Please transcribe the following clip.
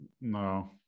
No